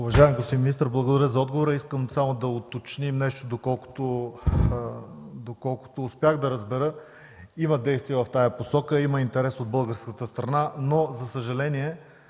Уважаеми господин министър, благодаря за отговора. Искам само да уточним нещо. Доколкото успях да разбера, има действия в тази посока, има интерес от българската страна, но за съжаление